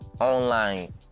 online